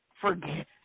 forget